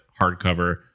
hardcover